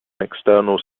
external